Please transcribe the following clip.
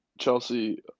Chelsea